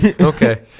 okay